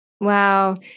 Wow